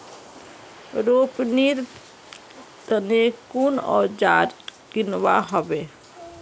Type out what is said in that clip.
रोपनीर तने कुन औजार किनवा हबे